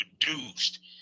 produced